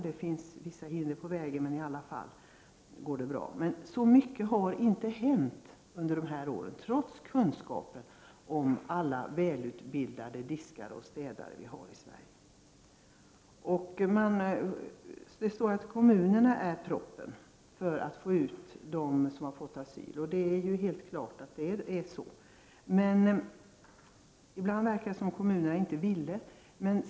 Det har funnits hinder på vägen, men i alla fall har det gått bra. Men så mycket har det inte hänt under senare år, trots vetskap om alla högutbildade diskare och städare som vi har. Kommunerna sägs vara proppen för att få sådana som har fått asyl ut i arbete. Ibland verkar det som att kommunerna inte vill.